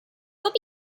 would